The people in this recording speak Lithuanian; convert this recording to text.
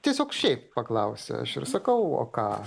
tiesiog šiaip paklausia aš ir sakau o ką